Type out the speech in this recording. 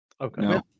Okay